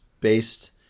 based